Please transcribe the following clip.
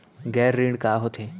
गैर ऋण का होथे?